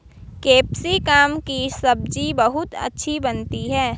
capsicum की सब्जी बहुत अच्छी बनती है